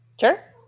Sure